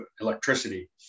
electricity